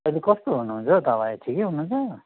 अहिले कस्तो हुनुहुन्छ ठिकै हुनुहुन्छ